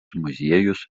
muziejus